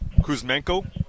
Kuzmenko